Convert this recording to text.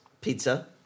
pizza